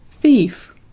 Thief